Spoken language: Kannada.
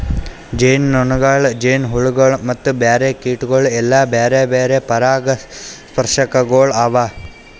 ಜೇನುನೊಣಗೊಳ್, ಜೇನುಹುಳಗೊಳ್ ಮತ್ತ ಬ್ಯಾರೆ ಕೀಟಗೊಳ್ ಎಲ್ಲಾ ಬ್ಯಾರೆ ಬ್ಯಾರೆ ಪರಾಗಸ್ಪರ್ಶಕಗೊಳ್ ಅವಾ